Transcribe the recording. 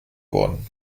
worden